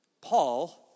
Paul